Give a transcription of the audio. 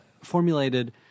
formulated